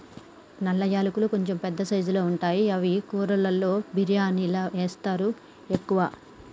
నల్ల యాలకులు కొంచెం పెద్ద సైజుల్లో ఉంటాయి అవి కూరలలో బిర్యానిలా వేస్తరు ఎక్కువ